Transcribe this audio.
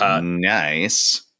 Nice